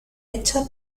hecha